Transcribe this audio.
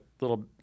little